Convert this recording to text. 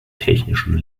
technischen